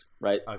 right